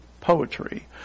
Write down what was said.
poetry